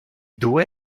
due